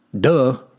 Duh